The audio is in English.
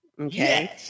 Okay